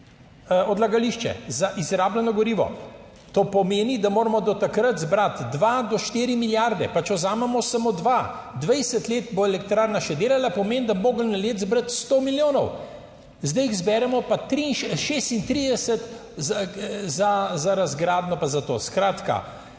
odlagališče za izrabljeno gorivo, to pomeni, da moramo do takrat zbrati dva do štiri milijarde. Pa če vzamemo samo 2, 20 let bo elektrarna še delala, pomeni, da bi morali na leto zbrati sto milijonov, zdaj jih zberemo pa 36 za razgradnjo, pa za to.